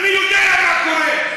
אני יודע מה קורה.